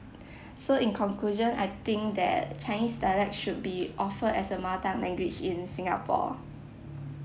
so in conclusion I think that chinese dialect should be offered as a mother tongue language in singapore